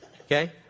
Okay